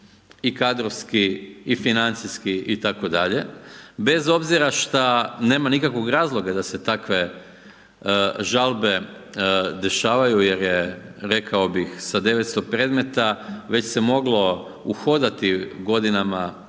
i kadrovski i financijski itd., bez obzira šta nema nikakvog razloga da se takve žalbe dešavaju jer je rekao bih sa 900 predmeta već se moglo uhodati godinama